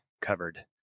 covered